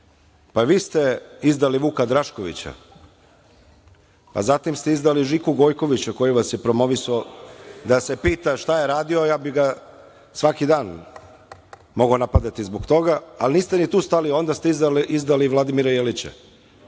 vi ste izdali Vuka Draškovića, zatim ste izdali Žiku Gojkovića, koji vas je promovisao. Da se pita šta je radio, ja bih ga svaki dan mogao napadati zbog toga. Ali, niste ni tu stali, onda ste izdali Vladimira Jelića,